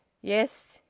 yes,